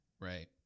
Right